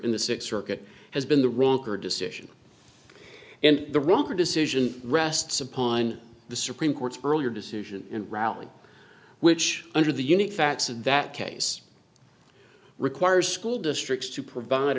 in the six circuit has been the rocker decision and the rocker decision rests upon the supreme court's earlier decision and rally which under the unique facts of that case requires school districts to provide